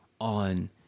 on